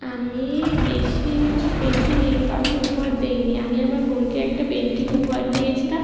আমি বেশি কিছু পেন্টিং এঁকে কাউকে উপহার দেই নি আমি আমার বোনকে একটা পেন্টিং উপহার দিয়েছিলাম